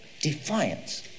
defiance